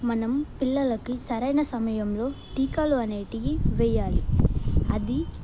మనం పిల్లలికి సరైన సమయంలో టీకాలు అనేవి వెయాలి అది